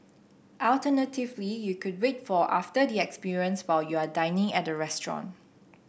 alternatively you could wait for after the experience while you are dining at the restaurant